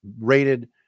rated